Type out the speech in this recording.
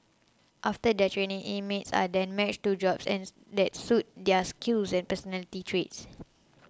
after their training inmates are then matched to jobs and that suit their skills and personality traits